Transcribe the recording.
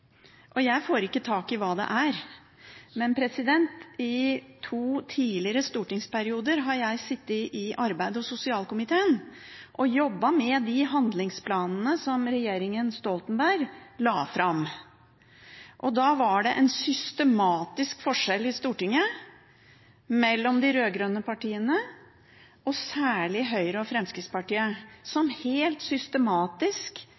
Jeg får ikke tak i hva det er, men i to tidligere stortingsperioder har jeg sittet i arbeids- og sosialkomiteen og jobbet med de handlingsplanene som regjeringen Stoltenberg la fram. Da var det en systematisk forskjell i Stortinget mellom de rød-grønne partiene og særlig Høyre og Fremskrittspartiet,